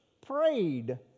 prayed